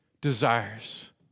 desires